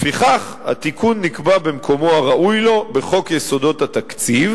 לפיכך התיקון נקבע במקומו הראוי לו בחוק יסודות התקציב,